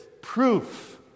proof